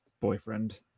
boyfriend